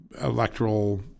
electoral